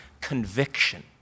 conviction